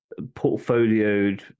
portfolioed